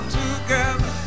together